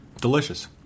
Delicious